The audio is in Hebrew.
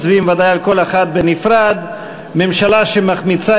מצביעים ודאי על כל אחת בנפרד: ממשלה שמחמיצה